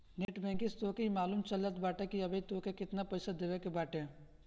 net banking से तोहके इ मालूम चल जात बाटे की अबही तोहके केतना पईसा देवे के बाटे